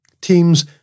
teams